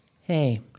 Hey